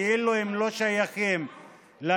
כאילו הם לא שייכים למרכז,